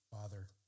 father